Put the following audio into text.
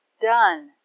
done